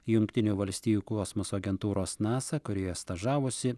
jungtinių valstijų kosmoso agentūros nasa kurioje stažavosi